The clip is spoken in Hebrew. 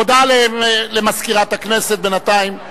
הודעה למזכירת הכנסת בינתיים.